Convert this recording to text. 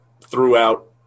throughout